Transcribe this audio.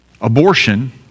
abortion